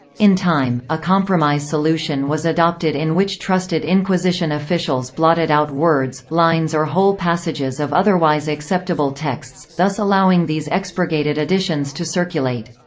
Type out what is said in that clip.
in time, a compromise solution was adopted in which trusted inquisition officials blotted out words, lines or whole passages of otherwise acceptable texts, thus allowing these expurgated editions to circulate.